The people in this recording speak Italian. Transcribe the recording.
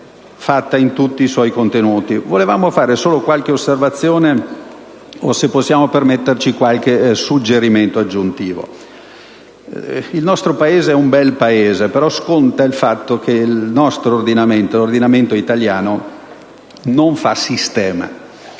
Il nostro è un bel Paese, però sconta il fatto che l'ordinamento italiano non fa sistema,